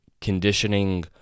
conditioning